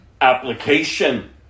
Application